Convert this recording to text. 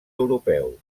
europeu